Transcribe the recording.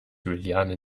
juliane